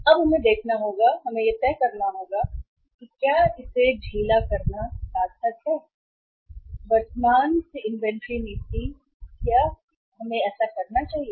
अब हमें देखना होगा हमें यह तय करना होगा कि क्या इसे ढीला करना सार्थक है वर्तमान से इन्वेंट्री नीति या हमें ऐसा नहीं करना चाहिए